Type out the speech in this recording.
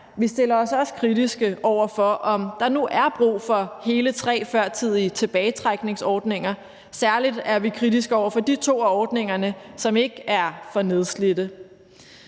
Vi stiller os også kritiske over for, om der nu er brug for hele tre førtidige tilbagetrækningsordninger. Særlig er vi kritiske over for de to af ordningerne, som ikke er for nedslidte.